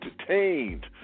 entertained